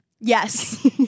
Yes